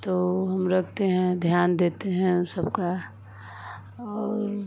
तो हम रखते हैं ध्यान देते हैं उ सबका और